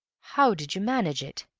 how did you manage it?